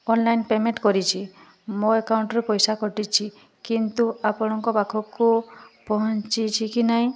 online payment କରିଛି ମୋ ଆକାଉଣ୍ଟ୍ରୁ ପଇସା କଟିଛି କିନ୍ତୁ ଆପଣଙ୍କ ପାଖକୁ ପହଁଚିଛି କି ନାହିଁ